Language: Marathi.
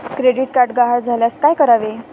क्रेडिट कार्ड गहाळ झाल्यास काय करावे?